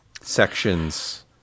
sections